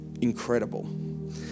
incredible